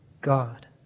God